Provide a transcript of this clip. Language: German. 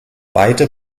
beide